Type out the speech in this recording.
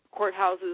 courthouses